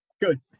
Good